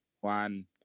one